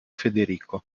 federico